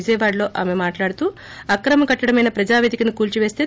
విజయవాడలో ఆమె మాట్లాడుతూ అక్రమ కట్లడమైన ప్రజాపేదికను కూల్చిపేస్తే